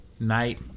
night